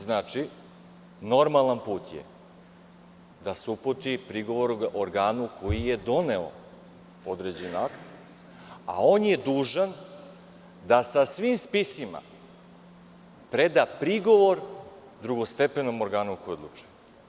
Znači, normalan put je da se uputi prigovor organu koji je doneo određen akt, a on je dužan da sa svim spisima preda prigovor drugostepenom organu koji odlučuje.